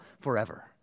forever